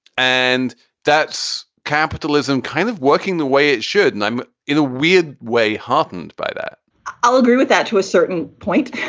and that's capitalism kind of working the way it should. and i'm in a weird way heartened by that i'll agree with that to a certain point.